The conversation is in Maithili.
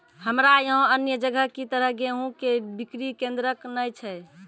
हमरा यहाँ अन्य जगह की तरह गेहूँ के बिक्री केन्द्रऽक नैय छैय?